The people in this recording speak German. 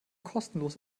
kostenlos